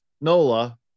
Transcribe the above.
Nola